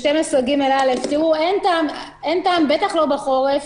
12ג(א), אין טעם, בטח לא בחורף,